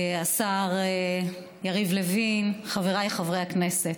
השר יריב לוין, חבריי חברי הכנסת,